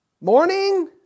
morning